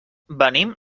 venim